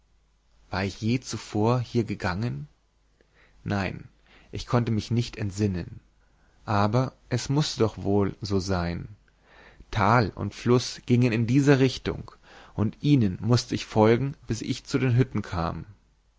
war ich je zuvor hier gegangen nein ich konnte mich nicht entsinnen aber es mußte doch wohl so sein tal und fluß gingen in dieser richtung und ihnen mußte ich folgen bis ich zu den hütten kam